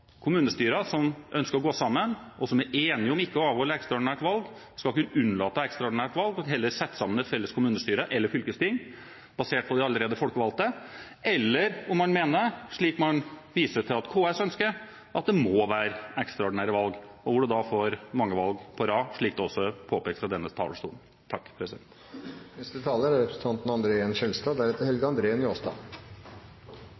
kommunestyre eller fylkesting basert på de allerede folkevalgte, eller om man mener, slik man viser til at KS ønsker, at det må være ekstraordinære valg. Da får man mange valg på rad, slik det også er påpekt fra denne talerstolen. Jeg ble litt forundret over representanten